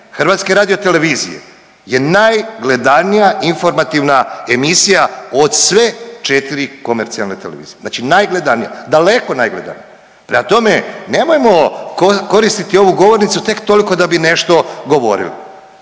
varam. Znači Dnevnik HRT-a je najgledanija informativna emisija od sve četiri komercijalne televizije, znači najgledanija, daleko najgledanija. Prema tome, nemojmo koristiti ovu govornicu tek toliko da bi nešto govorili.